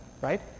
Right